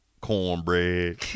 cornbread